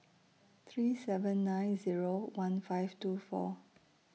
three seven nine Zero one five two four